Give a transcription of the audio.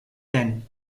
than